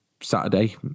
Saturday